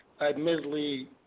admittedly